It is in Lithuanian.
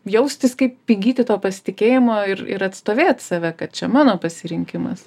jaustis kaip įgyti to pasitikėjimo ir ir atstovėt save kad čia mano pasirinkimas